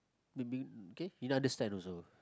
maybe okay you understand also